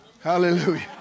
Hallelujah